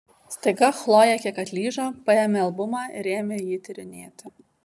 staiga chlojė kiek atlyžo paėmė albumą ir ėmė jį tyrinėti